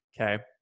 Okay